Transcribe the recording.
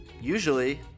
usually